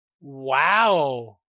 Wow